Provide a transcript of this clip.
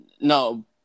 No